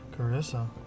Carissa